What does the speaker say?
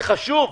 זה חשוב.